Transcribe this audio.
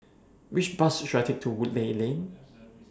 Which Bus should I Take to Woodleigh Lane